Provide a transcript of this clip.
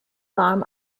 warm